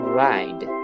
ride